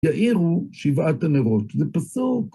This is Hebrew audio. יאירו שבעת הנרות. זה פסוק.